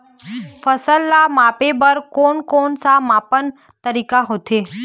फसल ला मापे बार कोन कौन सा मापन तरीका होथे?